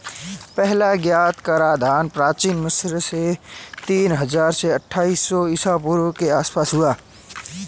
पहला ज्ञात कराधान प्राचीन मिस्र में तीन हजार से अट्ठाईस सौ ईसा पूर्व के आसपास हुआ था